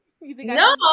no